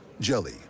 Jelly